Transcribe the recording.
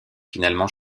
finalement